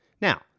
Now